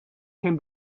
can